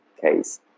case